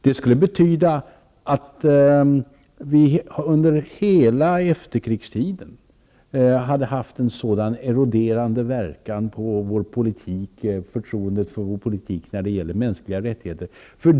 Det skulle betyda att vi under hela efterkrigstiden har haft en sådan erode rande verkan på förtroendet för vår politik när det gäller mänskliga rättighe ter.